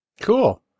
Cool